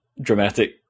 dramatic